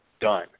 done